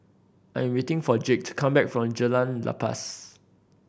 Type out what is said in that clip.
I'm waiting for Jake to come back from Jalan Lepas